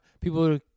people